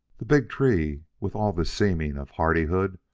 the big tree, with all the seeming of hardihood,